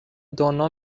دانا